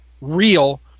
real